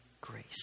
grace